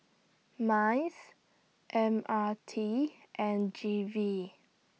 Minds M R T and G V